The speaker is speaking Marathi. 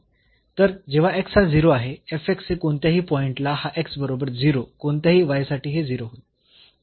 तर जेव्हा हा 0 आहे हे कोणत्याही पॉईंट ला हा बरोबर 0 कोणत्याही साठी हे 0 होईल